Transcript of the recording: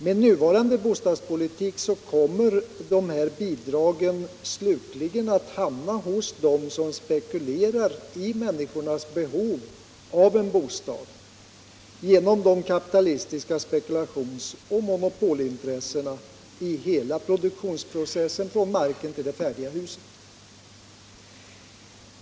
Med nuvarande bostadspolitik kommer de här bidragen slutligen att hamna hos dem som spekulerar i människornas behov av en bostad. De kapitalistiska spekulationsoch monopolintressena återfinns ju i hela produktionsprocessen, från marken till det färdiga huset.